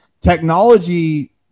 technology